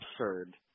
absurd